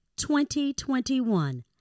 2021